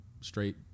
straight